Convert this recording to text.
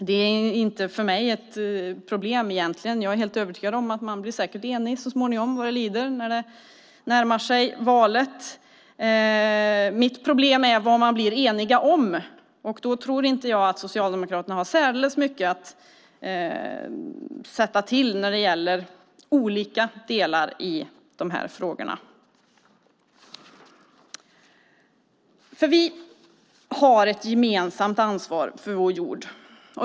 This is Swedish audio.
Det är egentligen inte ett problem för mig. Jag är helt övertygad om att man blir enig så småningom, när det närmar sig valet. Mitt problem är vad man blir enig om. Och då tror jag inte att Socialdemokraterna har särdeles mycket att sätta till när det gäller olika delar i de här frågorna. Vi har ett gemensamt ansvar för vår jord.